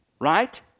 right